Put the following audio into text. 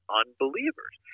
unbelievers